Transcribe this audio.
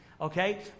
Okay